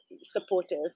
supportive